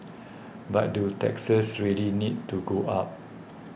but do taxes really need to go up